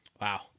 Wow